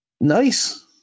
Nice